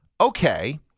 okay